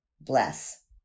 Bless